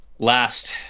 last